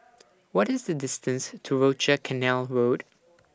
What IS The distance to Rochor Canal Road